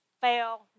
fail